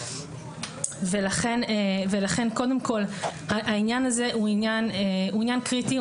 לכן קודם כל העניין הזה הוא עניין קריטי.